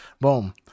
boom